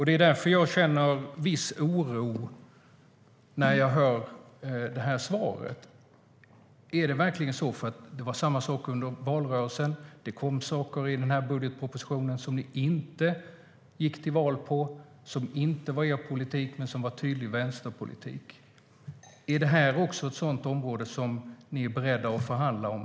Det är därför jag känner en viss oro när jag hör det här svaret. Är det verkligen så? Det var samma sak under valrörelsen. Det kom saker i budgetpropositionen som ni inte gick till val på, som inte var er politik men som var tydlig vänsterpolitik. Är det här också ett sådant område som ni är beredda att förhandla om?